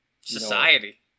society